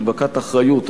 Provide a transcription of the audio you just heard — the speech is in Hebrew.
מדבקת אחריות),